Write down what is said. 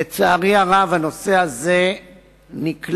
לצערי הרב הנושא הזה נקלע,